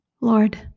Lord